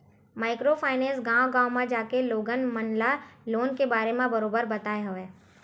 micro finance गाँव गाँव म जाके लोगन मन ल लोन के बारे म बरोबर बताय हवय